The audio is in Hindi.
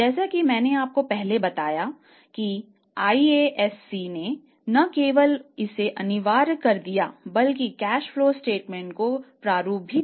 जैसा कि मैंने आपको पहले बताया था कि IASC ने न केवल इसे अनिवार्य कर दिया बल्कि कैश फ़्लो स्टेटमेंट का प्रारूप भी दिया